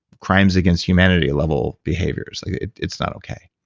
crimes against humanity level behavior. so it's not okay.